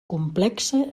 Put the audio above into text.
complexa